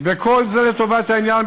וכל זה לטובת העניין,